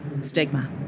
stigma